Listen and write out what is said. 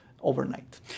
overnight